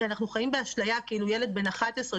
אנחנו חיים באשליה כאילו ילד בן 11,